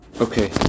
Okay